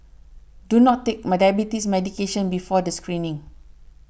do not take my diabetes medication before the screening